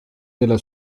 della